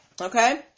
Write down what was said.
okay